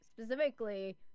specifically